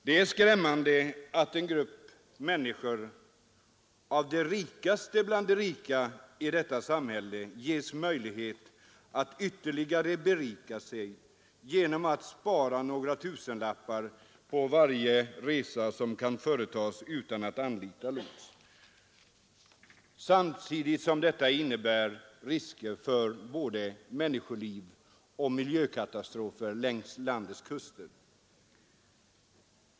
Det är skrämmande att en grupp människor av de rikaste bland de rika i detta samhälle ges möjlighet att ytterligare berika sig genom att spara några tusenlappar på varje resa som företas utan att anlita lots, samtidigt som detta innebär ökade risker för både människoliv och miljökatastrofer längs landets kuster.